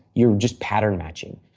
you are just pattern matching.